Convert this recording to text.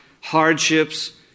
hardships